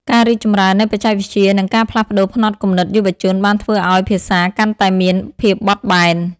ការរីកចម្រើននៃបច្ចេកវិទ្យានិងការផ្លាស់ប្តូរផ្នត់គំនិតយុវជនបានធ្វើឱ្យភាសាកាន់តែមានភាពបត់បែន។